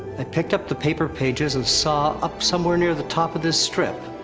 i picked up the paper pages and saw. up, somewhere near the top of this strip.